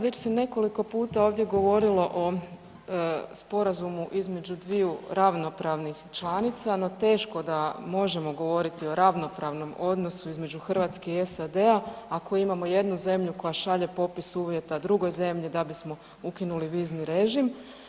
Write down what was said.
Već se nekoliko puta ovdje govorilo o sporazumu između dviju ravnopravnih članica, no teško da možemo govoriti o ravnopravnom odnosu između Hrvatske i SAD-a ako imamo jednu zemlju koja šalje popis uvjeta drugoj zemlji da bismo ukinuli vizni režim.